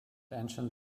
ancient